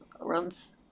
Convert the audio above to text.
runs